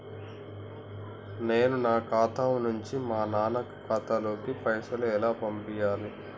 నేను నా ఖాతా నుంచి మా నాన్న ఖాతా లోకి పైసలు ఎలా పంపాలి?